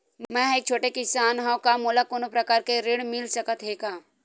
मै ह एक छोटे किसान हंव का मोला कोनो प्रकार के ऋण मिल सकत हे का?